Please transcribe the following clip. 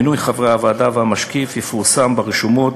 מינוי חברי הוועדה והמשקיף יפורסם ברשומות,